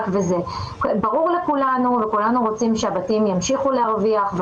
ברור לכולנו וכולנו רוצים שהבתים ימשיכו להרוויח.